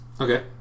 okay